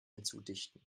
hinzudichten